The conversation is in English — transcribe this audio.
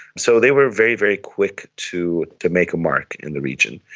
so they were very, very quick to to make a mark in the region.